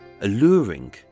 alluring